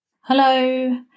Hello